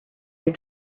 your